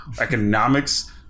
economics